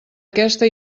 aquesta